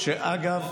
שאגב,